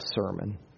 sermon